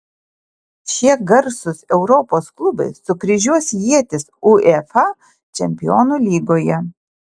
šie garsūs europos klubai sukryžiuos ietis uefa čempionų lygoje